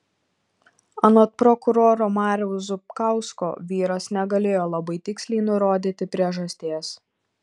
anot prokuroro mariaus zupkausko vyras negalėjo labai tiksliai nurodyti priežasties